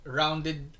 rounded